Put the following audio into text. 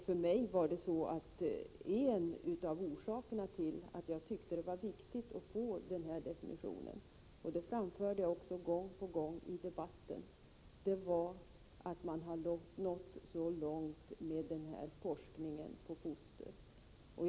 För mig var en av orsakerna till att jag tyckte det var viktigt att få denna definition — och det framförde jag också gång på gång i debatten — att man hade nått så långt med forskning på foster.